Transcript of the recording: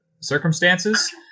circumstances